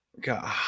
God